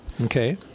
Okay